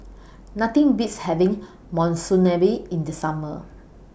Nothing Beats having Monsunabe in The Summer